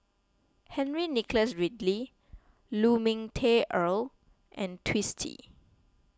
Henry Nicholas Ridley Lu Ming Teh Earl and Twisstii